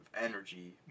energy